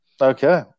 Okay